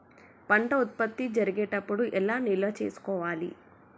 పంట ఉత్పత్తి జరిగేటప్పుడు ఎలా నిల్వ చేసుకోవాలి?